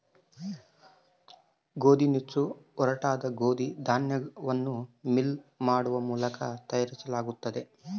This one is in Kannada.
ಗೋದಿನುಚ್ಚು ಒರಟಾದ ಗೋದಿ ಧಾನ್ಯವನ್ನು ಮಿಲ್ ಮಾಡುವ ಮೂಲಕ ತಯಾರಿಸಲಾಗುತ್ತದೆ